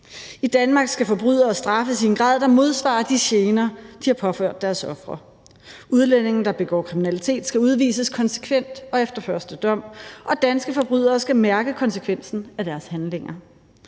I Danmark skal forbrydere straffes i en grad, der modsvarer de gener, de har påført deres ofre. Udlændinge, der begår kriminalitet, skal udvises konsekvent og efter første dom, og danske forbrydere skal mærke konsekvensen af deres handlinger.